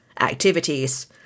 activities